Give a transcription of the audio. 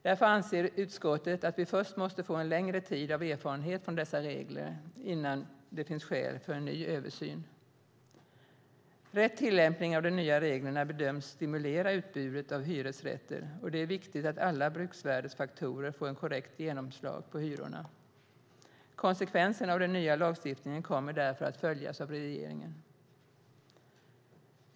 Därför anser utskottet att vi först måste få längre tid av erfarenhet från dessa regler innan det finns skäl för en ny översyn. Rätt tillämpning av de nya reglerna bedöms stimulera utbudet av hyresrätter. Det är viktigt att alla bruksvärdesfaktorer får ett korrekt genomslag på hyrorna. Konsekvenserna av den nya lagstiftningen kommer därför att följas av regeringen.